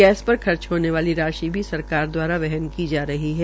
gas पर खर्च होने वाली राशि भी सरकार द्वारा वहन की जा रही है